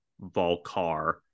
Volcar